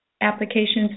applications